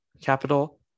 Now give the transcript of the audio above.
capital